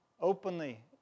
openly